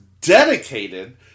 dedicated